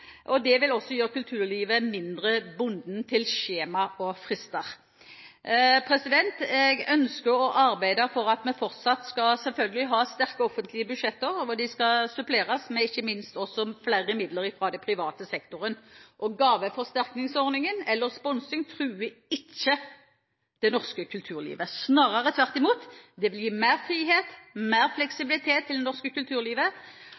og det vil også gjøre kulturlivet mindre bundet av skjemaer og frister. Jeg ønsker å arbeide for at vi fortsatt skal ha sterke offentlige budsjetter, selvfølgelig, og de skal suppleres med, ikke minst, flere midler fra den private sektoren. Gaveforsterkningsordningen eller sponsing truer ikke det norske kulturlivet, snarere tvert imot – det blir mer frihet og mer fleksibilitet i det norske kulturlivet.